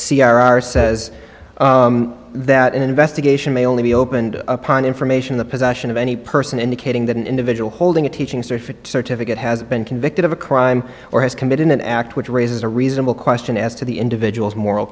r r says that an investigation may only be opened upon information the possession of any person indicating that an individual holding a teaching certificate certificate has been convicted of a crime or has committed an act which raises a reasonable question as to the individual's moral